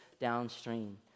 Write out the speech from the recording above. downstream